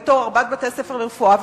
בארבעת בתי-הספר לרפואה.